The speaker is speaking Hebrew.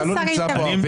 אתה לא נמצא פה הרבה.